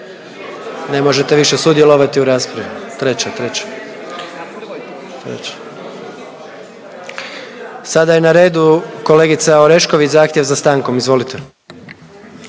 ne možete više sudjelovati u raspravi, treća, treća. Sada je na redu kolegica Orešković, zahtjev za stankom, izvolite.